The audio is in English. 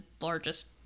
largest